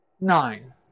nine